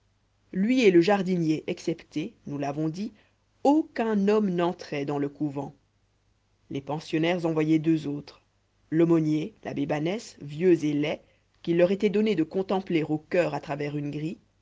lui et le jardinier exceptés nous l'avons dit aucun homme n'entrait dans le couvent les pensionnaires en voyaient deux autres l'aumônier l'abbé banès vieux et laid qu'il leur était donné de contempler au choeur à travers une grille